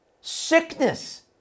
sickness